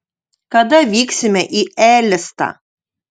kada vyksime į elistą